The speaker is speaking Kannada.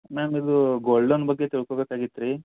ಮ್ಯಾಮ್ ಇದು ಗೋಲ್ಡ್ ಲೋನ್ ಬಗ್ಗೆ ತಿಳ್ಕೊಬೇಕಾಗಿತ್ತು ರೀ